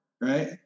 Right